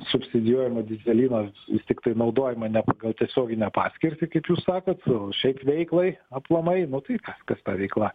subsidijuojamo dyzelinas vis tiktai naudojama ne pagal tiesioginę paskirtį kaip jūs sakot o šiaip veiklai aplamai nu tai kas ta veikla